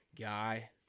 guy